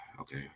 Okay